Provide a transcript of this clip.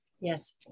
Yes